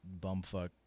bumfuck